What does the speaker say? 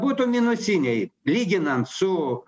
būtų minusiniai lyginant su